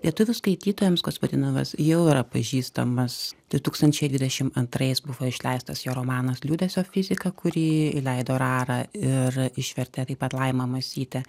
lietuvių skaitytojams gospadinovas jau yra pažįstamas du tūkstančiai dvidešim antrais buvo išleistas jo romanas liūdesio fizika kurį i leido rara ir išvertė taip pat laima masytė